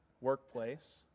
workplace